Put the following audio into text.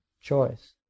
choice